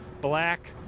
Black